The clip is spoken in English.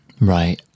right